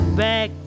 back